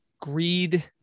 greed